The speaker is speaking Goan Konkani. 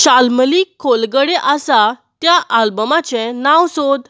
शाल्मली खोलगडे आसा त्या आल्बमाचें नांव सोद